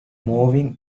moving